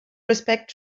respect